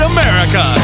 America